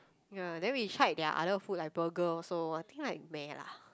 ya then we tried their other food like burger also I think like meh lah